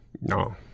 no